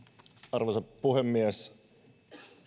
arvoisa puhemies